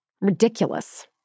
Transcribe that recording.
ridiculous